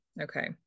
okay